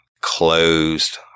closed